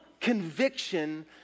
conviction